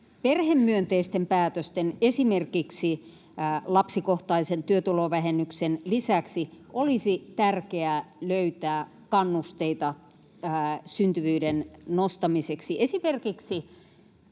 perhemyönteisten päätösten, esimerkiksi lapsikohtaisen työtulovähennyksen, lisäksi olisi tärkeää löytää kannusteita syntyvyyden nostamiseksi. Toivoisin